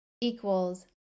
equals